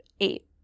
eight